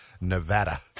Nevada